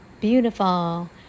beautiful